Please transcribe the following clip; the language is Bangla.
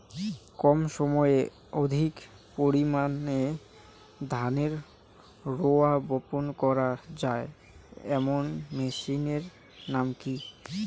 কম সময়ে অধিক পরিমাণে ধানের রোয়া বপন করা য়ায় এমন মেশিনের নাম কি?